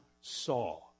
saw